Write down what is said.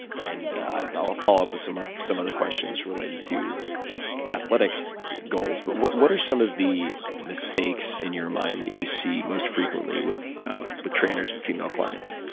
and i'll follow up with some ah some other questions related to athletic goals. but what what are some of the mistakes in your mind, that you see most frequently with with trainers with female clients?